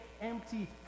empty